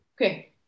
Okay